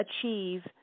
achieve